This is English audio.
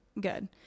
good